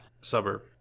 Suburb